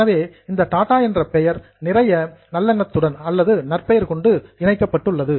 எனவே இந்த டாட்டா என்ற பெயர் நிறைய குட்வில் நல்லெண்ணத்துடன் அல்லது நற்பெயர் கொண்டு இணைக்கப்பட்டுள்ளது